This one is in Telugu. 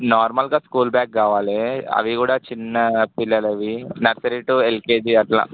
నార్మల్గా స్కూల్ బ్యాగ్ కావాలి అవి కూడా చిన్న పిల్లలవి నర్సరీ టు ఎల్కేజీ అట్లా